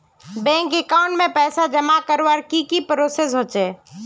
Bank account में पैसा जमा करवार की की प्रोसेस होचे?